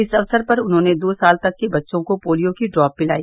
इस अवसर पर उन्होंने दो साल तक के बच्चों को पोलियो की ड्रॉप पिलाई